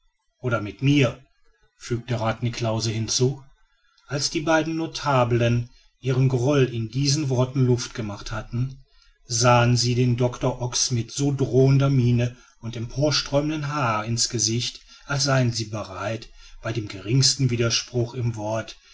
oder mit mir fügte rath niklausse hinzu als die beiden notabeln ihrem groll in diesen worten luft gemacht hatten sahen sie dem doctor ox mit so drohender miene und emporsträubendem haar in's gesicht als seien sie bereit bei dem geringsten widerspruch in wort